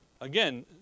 Again